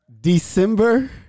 december